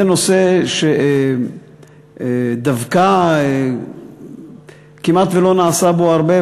הוא נושא שדווקא כמעט לא נעשה בו הרבה,